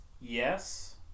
Yes